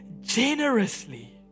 generously